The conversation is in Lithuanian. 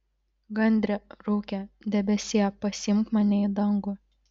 gandre rūke debesie pasiimk mane į dangų